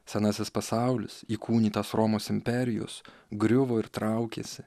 senasis pasaulis įkūnytas romos imperijos griuvo ir traukėsi